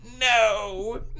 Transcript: No